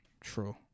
true